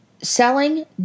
selling